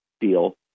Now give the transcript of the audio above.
deal